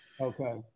Okay